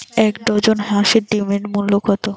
এক ডজন হাঁসের ডিমের মূল্য কত?